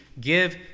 give